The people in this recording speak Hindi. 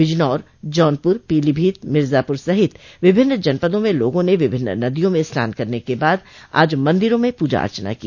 बिजनौर जौनपुर पीलीभीत मिर्जापुर सहित विभिन्न जनपदों में लोगों ने विभिन्न नदियों में स्नान करने के बाद आज मन्दिरों में प्रजा अर्चना की